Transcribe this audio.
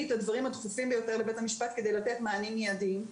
את הדברים הדחופים ביותר לבית המשפט כדי לתת מענים מידיים,